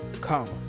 Come